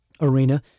arena